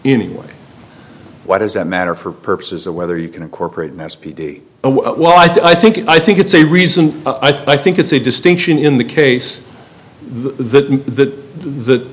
anyway why does that matter for purposes of whether you can incorporate that speed while i think i think it's a reason i think it's a distinction in the case th